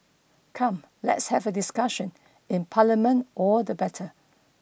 come let's have a discussion in parliament all the better